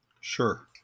Sure